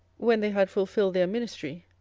when they had fulfilled their ministry,